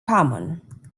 common